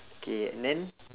K and then